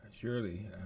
Surely